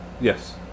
Yes